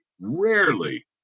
rarely